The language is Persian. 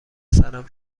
سرم